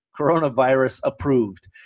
coronavirus-approved